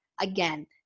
again